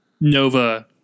Nova